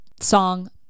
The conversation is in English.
song